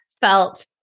felt